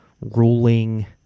ruling